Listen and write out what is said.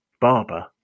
barber